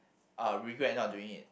uh regret not doing it